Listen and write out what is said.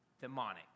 demonic